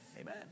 amen